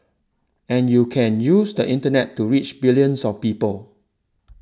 and you can use the Internet to reach billions of people